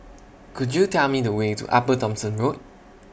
Could YOU Tell Me The Way to Upper Thomson Road